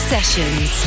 Sessions